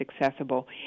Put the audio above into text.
accessible